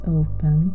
open